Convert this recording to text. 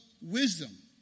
wisdom